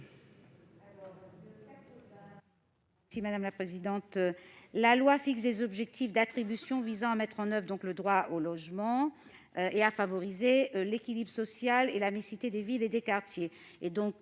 n° 80 rectifié. La loi fixe des objectifs d'attribution visant à mettre en oeuvre le droit au logement et à favoriser l'équilibre social et la mixité des villes et des quartiers.